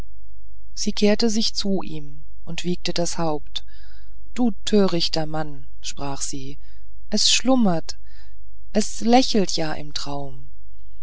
sie kehrte sich zu ihm und wiegte das haupt du törichter mann sprach sie es schlummert es lächelt ja im traum